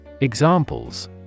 Examples